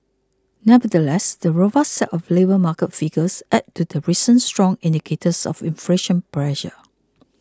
nevertheless the robust set of labour market figures adds to recent stronger indicators of inflation pressure